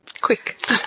quick